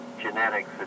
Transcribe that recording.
genetics